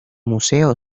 museos